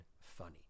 funny